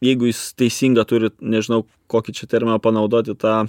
jeigu jis teisingą turi nežinau kokį čia terminą panaudoti tą